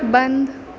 بند